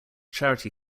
charity